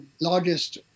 largest